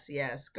yes